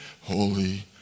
Holy